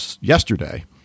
yesterday